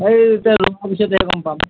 এই তাতে লোৱা পাছতহে গম পাম